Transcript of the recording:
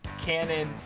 canon